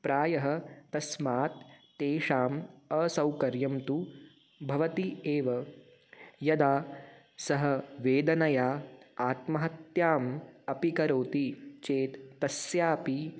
प्रायः तस्मात् तेषाम् असौकर्यं तु भवति एव यदा सः वेदनया आत्महत्याम् अपि करोति चेत् तस्यापि